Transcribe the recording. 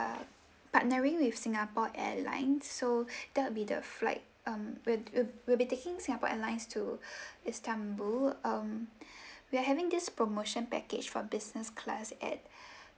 partnering with Singapore Airlines so that would be the flight um we we'll we'll be taking Singapore Airlines to istanbul um we're having this promotion package for business class at